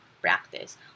Practice